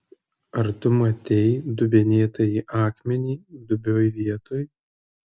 ar tu matei dubenėtąjį akmenį dubioj vietoj